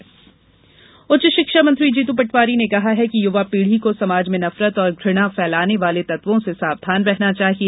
युवा उत्सव उच्च शिक्षा मंत्री जीतू पटवारी ने कहा है कि युवा पीढ़ी को समाज में नफरत और घृणा फैलाने वाले तत्वों से सावधान रहना चाहिए